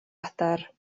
adar